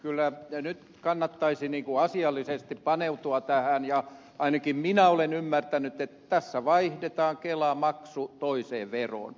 kyllä nyt kannattaisi asiallisesti paneutua tähän ja ainakin minä olen ymmärtänyt että tässä vaihdetaan kelamaksu toiseen veroon